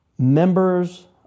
Members